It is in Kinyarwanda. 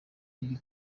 riri